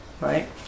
Right